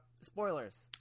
spoilers